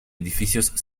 edificios